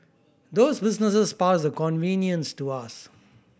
those businesses pass the convenience to us